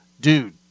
dude